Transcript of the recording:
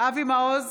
אבי מעוז,